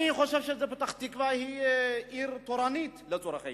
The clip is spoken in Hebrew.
אני חושב שפתח-תקווה היא עיר תורנית לצורך העניין.